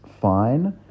fine